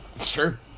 Sure